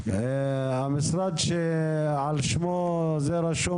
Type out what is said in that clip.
המשרד שעל שמו זה בינתיים רשום,